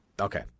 Okay